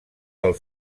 del